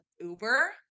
Uber